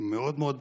מאוד מאוד